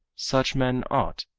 such men ought,